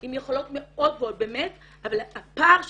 עם יכולות מאוד גבוהות באמת אבל הפער שלהם,